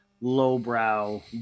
lowbrow